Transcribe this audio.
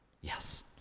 yes